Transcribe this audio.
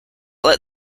let